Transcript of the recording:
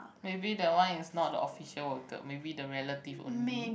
maybe that one is not the official worker maybe the relative only